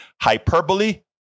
hyperbole